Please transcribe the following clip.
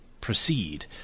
proceed